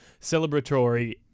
celebratory